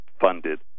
funded